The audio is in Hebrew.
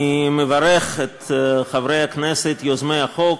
אני מברך את חברי הכנסת יוזמי החוק.